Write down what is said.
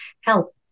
help